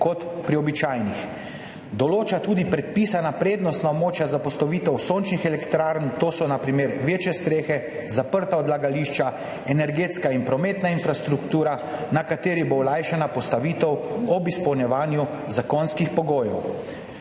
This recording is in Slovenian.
kot pri običajnih. Določa tudi predpisana prednostna območja za postavitev sončnih elektrarn, to so na primer večje strehe, zaprta odlagališča, energetska in prometna infrastruktura, na kateri bo olajšana postavitev ob izpolnjevanju zakonskih pogojev.